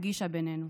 שהפגישה בינינו.